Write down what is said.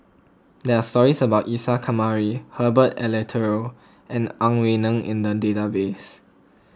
there are stories about Isa Kamari Herbert Eleuterio and Ang Wei Neng in the database